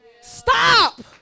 stop